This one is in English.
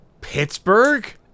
Pittsburgh